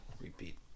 Repeat